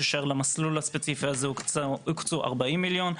כאשר למסלול הספציפי הזה הוקצו 40 מיליון.